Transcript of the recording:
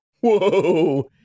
Whoa